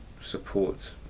support